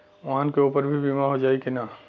वाहन के ऊपर भी बीमा हो जाई की ना?